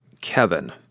Kevin